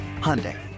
Hyundai